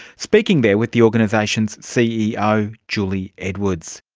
speaking there with the organisation's ceo julie edwards.